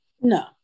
No